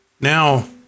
Now